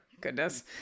Goodness